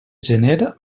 gener